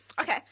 Okay